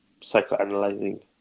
psychoanalyzing